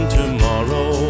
tomorrow